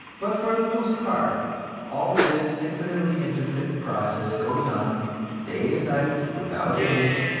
but for the most part all this infinitely intricate process goes on day and night without a hitch,